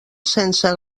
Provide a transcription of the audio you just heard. sense